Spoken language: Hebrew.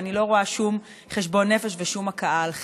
ואני לא רואה שום חשבון נפש ושום הכאה על חטא.